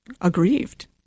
aggrieved